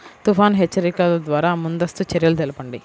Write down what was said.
తుఫాను హెచ్చరికల ద్వార ముందస్తు చర్యలు తెలపండి?